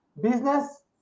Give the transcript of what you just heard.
business